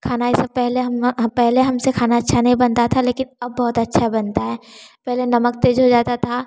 खाना से पहले हम पहले हमसे खाना अच्छा नहीं बनता था लेकिन अब बहुत अच्छा बनता है पहले नमक तेज़ हो जाता था